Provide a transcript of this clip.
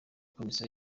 komisiyo